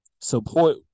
support